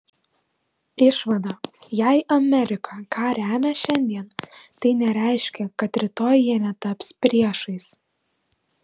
išvada jei amerika ką remia šiandien tai nereiškia kad rytoj jie netaps priešais